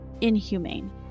inhumane